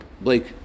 Blake